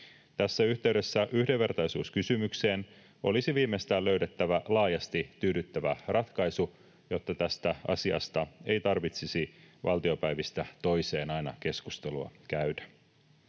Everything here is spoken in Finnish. Tässä yhteydessä yhdenvertaisuuskysymykseen olisi viimeistään löydettävä laajasti tyydyttävä ratkaisu, jotta tästä asiasta ei tarvitsisi valtiopäivistä toiseen aina keskustelua käydä.